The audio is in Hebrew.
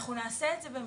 אננו נעשה את זה במרוכז.